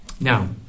Now